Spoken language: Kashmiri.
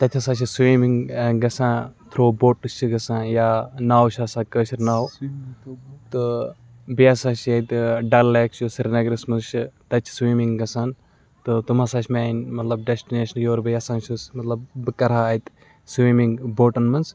تَتہِ ہَسا چھِ سِومِںٛگ گژھان تھرٛوٗ بوٹٕز چھِ گژھان یا ناو چھِ آسان کٲشِر ناو تہٕ بیٚیہِ ہَسا چھِ ییٚتہِ ڈَل لیک چھُ سرینگرَس منٛز چھِ تَتہِ چھِ سِومِنٛگ گژھان تہٕ تم ہَسا چھِ میٛانہِ مطلب ڈیسٹٕنیشن یور بہٕ یَژھان چھُس مطلب بہٕ کَرٕہا اَتہِ سِومِنٛگ بوٹَن منٛز